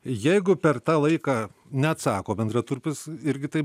jeigu per tą laiką neatsako bendraturpis irgi taip